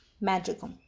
Magical